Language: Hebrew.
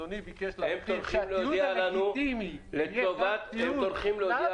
אדוני ביקש להרחיב שהתיעוד הלגיטימי --- הם טורחים להודיע